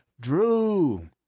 Drew